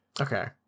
Okay